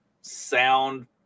sound